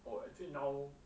oh actually now